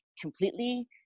completely